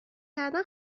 کردن